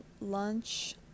lunch